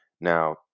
Now